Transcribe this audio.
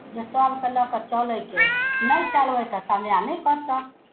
जे सभके लऽ कऽ चलयके हइ नहि चलबै तऽ समय नहि कटत